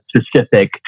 specific